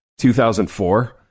2004